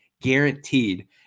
guaranteed